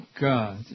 God